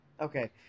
Okay